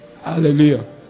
Hallelujah